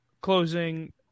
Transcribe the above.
Closing